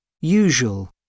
Usual